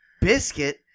Biscuit